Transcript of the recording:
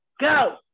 Go